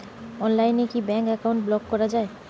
অনলাইনে কি bank account block করা য়ায়?